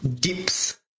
dips